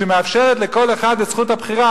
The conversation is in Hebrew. שמאפשרת לכל אחד את זכות הבחירה,